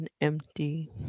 empty